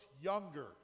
younger